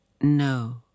No